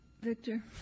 Victor